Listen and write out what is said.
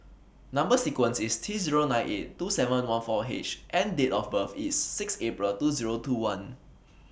Number sequence IS T Zero nine eight two seven one four H and Date of birth IS six April two Zero two one